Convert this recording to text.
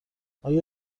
آیا